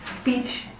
speech